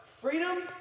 freedom